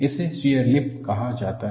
इसे shear lip कहा जाता है